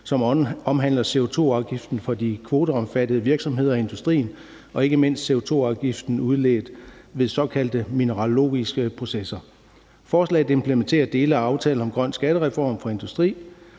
som omhandler CO2-afgiften for de kvoteomfattede virksomhed i industrien og ikke mindst CO2-afgiften udledt ved såkaldte mineralogiske processer. Forslaget implementerer dele af aftalen om en grøn skattereform for industrien.